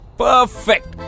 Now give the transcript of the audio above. perfect